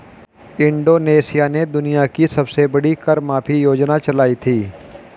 Indonesia ने दुनिया की सबसे बड़ी कर माफी योजना चलाई थी